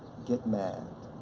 get mad,